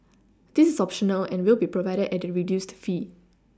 this is optional and will be provided at a reduced fee